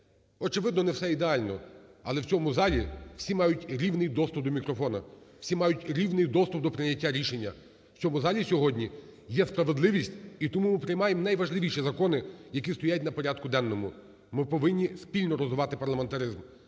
Очевидно, не все ідеально, але в цьому залі всі мають рівний доступ до мікрофону, всі мають рівний доступ до прийняття рішення, в цьому залі сьогодні є справедливість, і тому ми приймаємо найважливіші закони, які стоять на порядку денному. Ми повинні спільно розвивати парламентаризм,